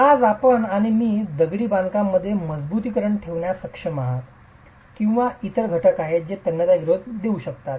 आज आपण आणि मी दगडी बांधकाम मध्ये मजबुतीकरण ठेवण्यास सक्षम आहात किंवा इतर घटक आहेत जे तन्यता प्रतिरोध देऊ शकतात